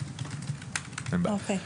אין בעיה.